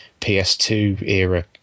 PS2-era